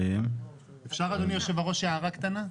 אפשר אדוני יושב-הראש הערה קטנה?